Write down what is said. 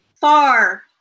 far